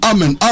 Amen